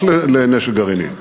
רק לנשק גרעיני,